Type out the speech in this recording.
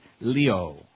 Leo